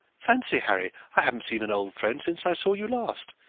fancy, harry, i haven't seen an old friend since i saw you last.